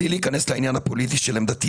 בלי להיכנס לעניין הפוליטי של עמדתי,